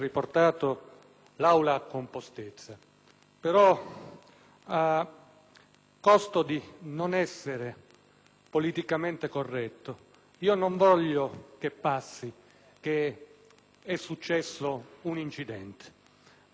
costo di non essere politicamente corretto, non voglio che passi che è successo un incidente. Noi dobbiamo considerare che dietro le scelte politiche